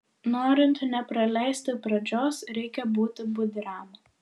norint nepraleisti pradžios reikia būti budriam